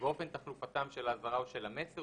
ואופן תחלופתם של האזהרה או של המסר,